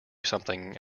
something